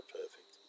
perfect